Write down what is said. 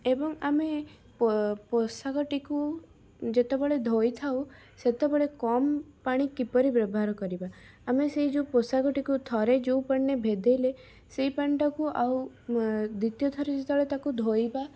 ଏବଂ ଆମେ ପୋ ପୋଷାକଟିକୁ ଯେତେବେଳେ ଧୋଇଥାଉ ସେତେବେଳେ କମ୍ ପାଣି କିପରି ବ୍ୟବହାର କରିବା ଆମେ ସେ ଯେଉଁ ପୋଷାକଟିକୁ ଥରେ ଯେଉଁ ପାଣିରେ ଭେଦେଇଲେ ସେଇ ପାଣିଟାକୁ ଆଉ ଦ୍ଵିତୀୟ ଥର ଯେତେବେଳେ ତାକୁ ଧୋଇବା